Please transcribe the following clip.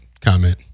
comment